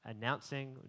announcing